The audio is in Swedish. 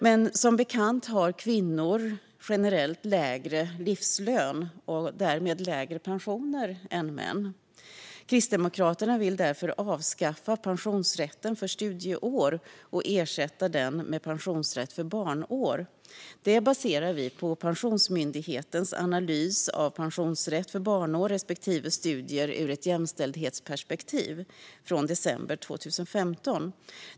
Men som bekant har kvinnor generellt lägre livslön och därmed lägre pensioner än män. Kristdemokraterna vill därför avskaffa pensionsrätten för studieår och ersätta den med pensionsrätt för barnår. Detta baserar vi på Pensionsmyndighetens Analys av pensionsrätt för barnår respektive studier ur ett jäm ställdhetsperspektiv från december 2015.